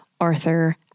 Arthur